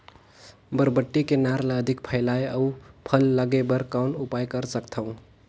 बरबट्टी के नार ल अधिक फैलाय अउ फल लागे बर कौन उपाय कर सकथव?